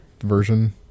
version